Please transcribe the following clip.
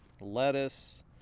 lettuce